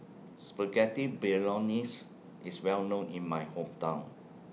Spaghetti Bolognese IS Well known in My Hometown